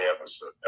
episode